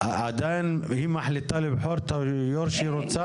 עדיין היא מחליטה לבחור את יושב הראש שהיא רוצה?